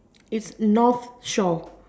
is North shore